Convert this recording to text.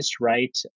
right